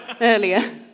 earlier